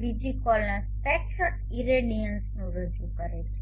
બીજી column spectral irradiance રજૂ કરે છે